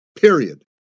Period